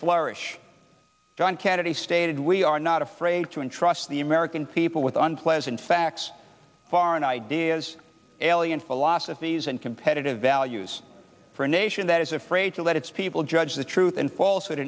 flourish john kennedy stated we are not afraid to entrust the american people with unpleasant facts foreign ideas alien philosophies and competitive values for a nation that is afraid to let its people judge the truth and false w